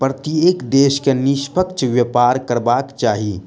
प्रत्येक देश के निष्पक्ष व्यापार करबाक चाही